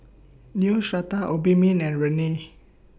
Neostrata Obimin and Rene